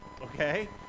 okay